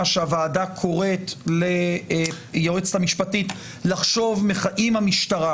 שהוועדה קוראת ליועצת המשפטית לחשוב עם המשטרה,